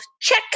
check